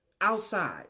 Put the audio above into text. outside